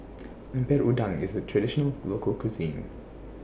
Lemper Udang IS A Traditional Local Cuisine